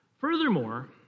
Furthermore